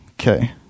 Okay